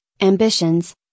ambitions